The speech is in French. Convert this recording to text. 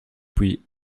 puis